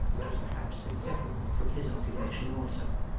which was perhaps inseparable from his occupation also.